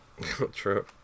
True